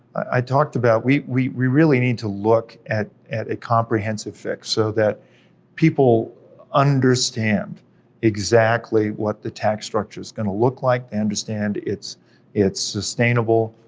i talked about, we we really need to look at at a comprehensive fix so that people understand exactly what the tax structure's gonna look like, they understand it's it's sustainable,